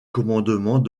commandement